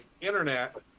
internet